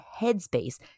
headspace